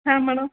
ಹಾಂ ಮೇಡಮ್